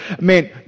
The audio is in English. man